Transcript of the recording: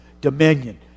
dominion